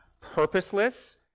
purposeless